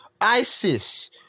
ISIS